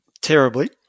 terribly